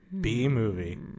B-movie